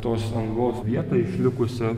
tos angos vietą išlikusią